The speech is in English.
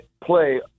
play